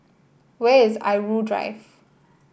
where is Irau Drive